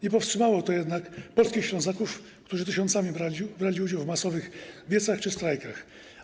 Nie powstrzymało to jednak polskich Ślązaków, którzy tysiącami brali udział w masowych wiecach czy strajkach.